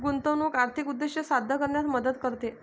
गुंतवणूक आर्थिक उद्दिष्टे साध्य करण्यात मदत करते